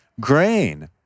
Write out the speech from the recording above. grain